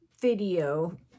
video